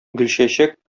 гөлчәчәк